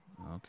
okay